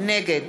נגד